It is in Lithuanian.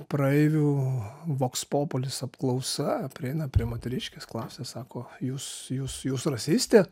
praeivių vox populis apklausa prieina prie moteriškės klausia sako jūs jūs jūs rasistė